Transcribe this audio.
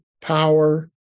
power